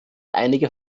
einige